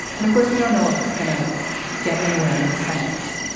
and of course, we don't know if it's going to get anywhere in the senate.